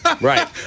Right